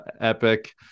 epic